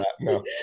No